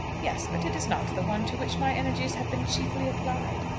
yes but it is not the one to which my energies have been chiefly applied.